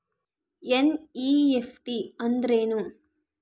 NEFT ಅಂದ್ರೆನು?